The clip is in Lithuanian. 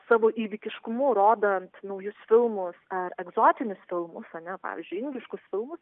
savo įvykiškumu rodant naujus filmus ar egzotinius filmus ar ne pavyzdžiui indiškus filmus